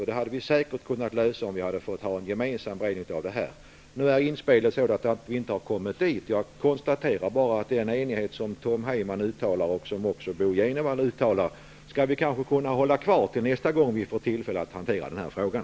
Vi hade säkert kunnat lösa den motsättningen om vi hade fått ha en gemensam beredning av detta ärende. Nu har vi inte kommmit dit. Jag konstaterar bara att vi kanske skall kunna hålla kvar den enighet som Tom Heyman och även Bo G. Jenevall uttalar tills nästa gång vi får tillfälle att hantera den här frågan.